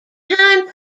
time